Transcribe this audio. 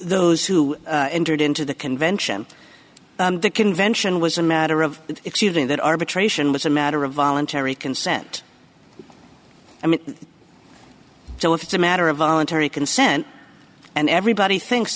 those who entered into the convention the convention was a matter of exceeding that arbitration was a matter of voluntary consent i mean so if it's a matter of voluntary consent and everybody thinks